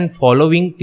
following